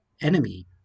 enemy